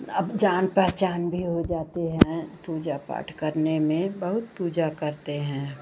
अब जान पहचान भी हो जाती हैं पूजा पाठ करने में बहुत पूजा करते हैं